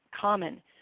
common